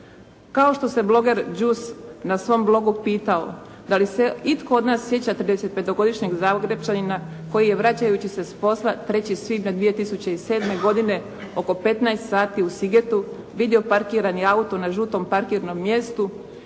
Kao što se bloger Đus na svom blogu pitao da li se itko od nas sjeća tridesetpetogodišnjeg Zagrepčanina koji je vračajući se s posla 3. svibnja 2007. godine oko 15 sati u Sigetu vidio parkirani auto na žutom parkirnom mjestu,